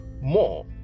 more